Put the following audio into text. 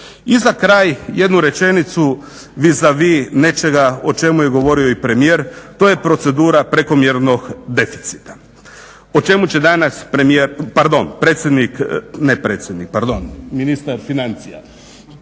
I za kraj jednu rečenicu vis a vis nečega o čemu je govorio i premijer. To je procedura prekomjernog deficita o čemu će danas premijer, pardon predsjednik. Ne predsjednik, pardon ministar financija,